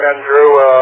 Andrew